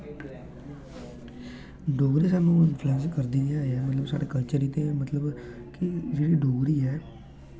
डोगरी कन्नै इन्फूलेंस करदी ऐ मतलब साढ़े कल्चर गी ते की जेह्ड़ी डोगरी ऐ